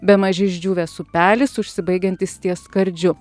bemaž išdžiūvęs upelis užsibaigiantis ties skardžiu